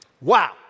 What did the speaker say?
Wow